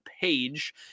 page